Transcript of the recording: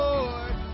Lord